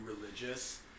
religious